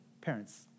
parents